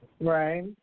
Right